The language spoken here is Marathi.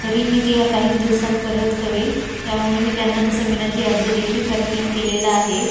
तरी मी ते या काहीक दिवसात परत करेन त्यामुळे मी त्यांना तसा विनंती अर्जदेखील करणे केलेला आहे